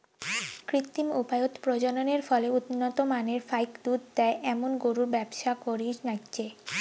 কৃত্রিম উপায়ত প্রজননের ফলে উন্নত মানের ফাইক দুধ দেয় এ্যামুন গরুর ব্যবসা করির নাইগচে